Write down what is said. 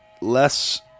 less